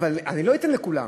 אבל אני לא אתן לכולם,